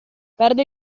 perde